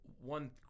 One